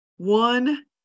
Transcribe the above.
One